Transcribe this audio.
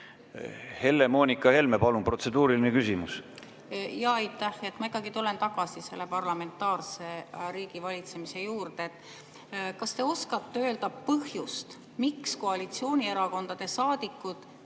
Helle-Moonika Helme, palun, protseduuriline küsimus! Aitäh! Ma ikkagi tulen tagasi selle parlamentaarse riigivalitsemise juurde. Kas te oskate öelda põhjust, miks koalitsioonierakondade saadikud